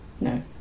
no